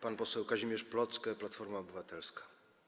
Pan poseł Kazimierz Plocke, Platforma Obywatelska.